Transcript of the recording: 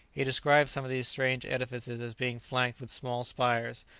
he described some of these strange edifices as being flanked with small spires,